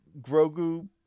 Grogu